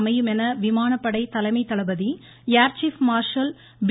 அமையும் என விமானப்படை தலைமை தளபதி ஏர்சீப் மார்ஷல் பி